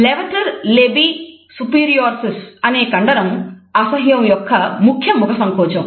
levator labii superioris అనే కండరం అసహ్యం యొక్క ముఖ్య ముఖసంకోచం